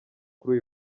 kuri